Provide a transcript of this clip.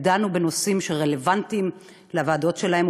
ודנו בנושאים שרלוונטיים לוועדות שלהם,